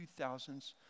2000s